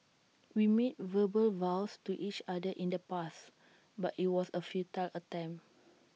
we made verbal vows to each other in the past but IT was A futile attempt